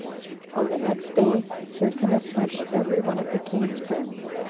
on the next day hyrcanus went to every one of the king's friends,